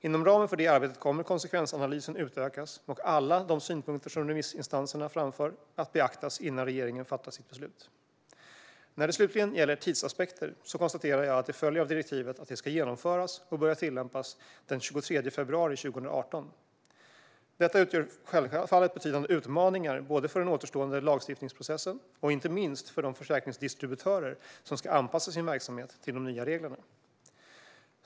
Inom ramen för det arbetet kommer konsekvensanalysen att utökas och alla de synpunkter som remissinstanserna framför att beaktas innan regeringen fattar sitt beslut. När det slutligen gäller tidsaspekter konstaterar jag att det följer av direktivet att det ska genomföras och börja tillämpas den 23 februari 2018. Detta utgör självfallet betydande utmaningar både för den återstående lagstiftningsprocessen och inte minst för de försäkringsdistributörer som ska anpassa sin verksamhet till de nya reglerna.